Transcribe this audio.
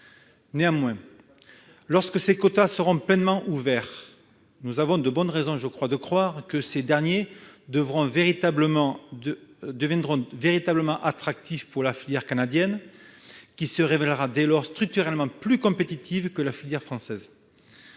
Néanmoins, lorsque ces quotas seront pleinement ouverts, nous avons de bonnes raisons de croire qu'ils deviendront véritablement attractifs pour la filière canadienne, qui se révélera dès lors structurellement plus compétitive que la filière française.